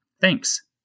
Thanks